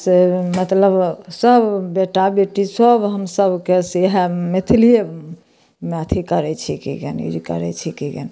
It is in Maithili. से मतलब सब बेटा बेटी सब हमसब के से इहए मैथलीए मे अथी करै छिअय की जानु करै छिअय की जानु